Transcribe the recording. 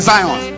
Zion